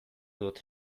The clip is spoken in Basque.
dut